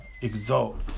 exalt